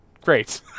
Great